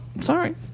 sorry